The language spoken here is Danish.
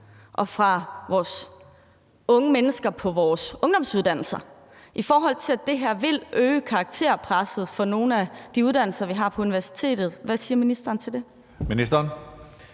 og vores unge mennesker på vores ungdomsuddannelser, i forhold til at det her vil øge karakterpresset på nogle af de uddannelser, vi har på universitetet? Kl. 15:10 Tredje